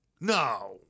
No